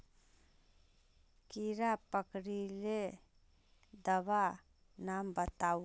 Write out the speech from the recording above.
कीड़ा पकरिले दाबा नाम बाताउ?